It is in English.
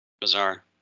Bizarre